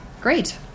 great